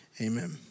Amen